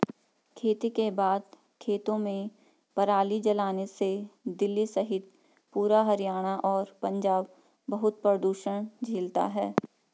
खेती के बाद खेतों में पराली जलाने से दिल्ली सहित पूरा हरियाणा और पंजाब बहुत प्रदूषण झेलता है